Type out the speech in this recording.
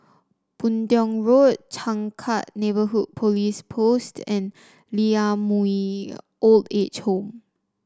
Boon Tiong Road Changkat Neighbourhood Police Post and Lee Ah Mooi Old Age Home